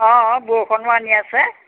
অঁ বৰষুণো আনি আছে